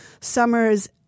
summers